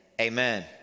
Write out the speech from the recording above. Amen